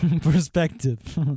Perspective